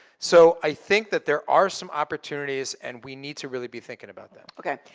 so, i think that there are some opportunities and we need to really be thinking about that. okay,